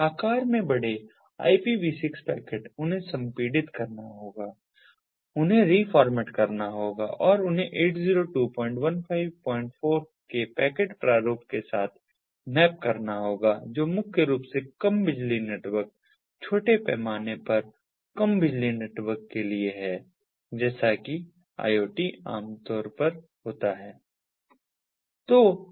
आकार में बड़े IPV6 पैकेट उन्हें संपीड़ित करना होगा उन्हें रिफॉर्मेट करना होगा और उन्हें 802154 के पैकेट प्रारूप के साथ मैप करना होगा जो मुख्य रूप से कम बिजली नेटवर्क छोटे पैमाने पर कम बिजली नेटवर्क के लिए है जैसा कि IoT आमतौर पर होता है